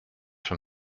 from